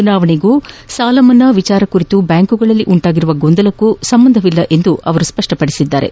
ಚುನಾವಣೆಗೂ ಸಾಲಮನ್ನಾ ವಿಚಾರ ಕುರಿತು ಬ್ಯಾಂಕ್ ಗಳಲ್ಲಿ ಉಂಟಾಗಿರುವ ಗೊಂದಲಕ್ಕೂ ಸಂಬಂಧವಿಲ್ಲ ಎಂದು ಅವರು ಸ್ಪಷ್ಟಪಡಿಸಿದ್ದಾರೆ